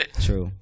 true